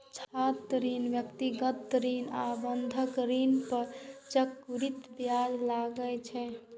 छात्र ऋण, व्यक्तिगत ऋण आ बंधक ऋण पर चक्रवृद्धि ब्याज लागै छै